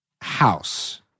House